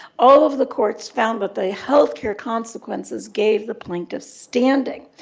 all of the courts found that the health care consequences gave the plaintiffs standing.